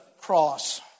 cross